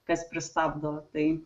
kas pristabdo tai